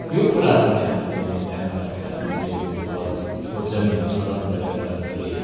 यो कुराहरू नि हामीले ध्यानमा राखेर हामीले त्यो घरको जमिन छनौट गरेर हामीले